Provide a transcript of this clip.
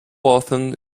often